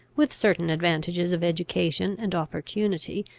with certain advantages of education and opportunity,